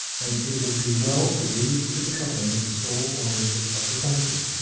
then it would be well to leave to the company the sole ownership of the country.